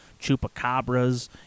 chupacabras